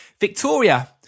Victoria